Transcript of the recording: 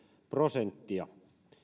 prosenttia